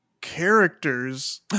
Characters